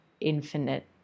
infinite